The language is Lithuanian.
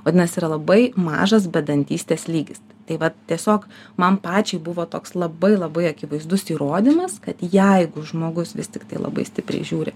vadinasi yra labai mažas bedantystės lygis taip vat tiesiog man pačiai buvo toks labai labai akivaizdus įrodymas kad jeigu žmogus vis tiktai labai stipriai žiūri